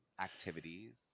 activities